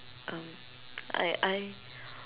um I I